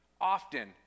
often